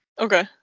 Okay